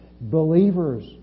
Believers